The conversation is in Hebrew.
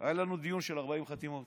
היה לנו דיון של 40 חתימות.